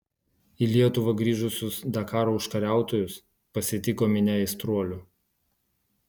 į lietuvą grįžusius dakaro užkariautojus pasitiko minia aistruolių